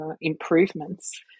improvements